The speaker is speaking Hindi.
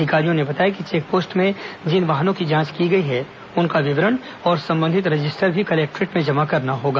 अधिकारियों ने बताया कि चेक पोस्ट में जिन वाहनों की जांच की गई है उनका विवरण और संबंधित रजिस्टर भी कलेक्टोरेट में जमा करना होगा